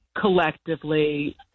collectively